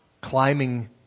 climbing